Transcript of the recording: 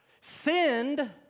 Send